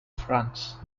france